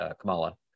Kamala